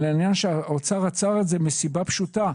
האוצר עצר את זה מסיבה פשוטה,